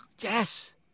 yes